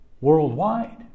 worldwide